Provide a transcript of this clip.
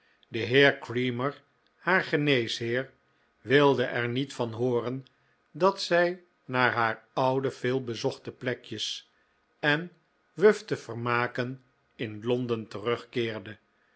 de heer creamer haar geneesheer wilde er niet van hooren dat zij naar haar oude veelbezochte plekjes en wufte vermaken in londen terugkeerde